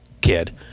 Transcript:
kid